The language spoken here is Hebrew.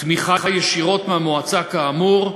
תמיכה ישירות מהמועצה כאמור יעברו,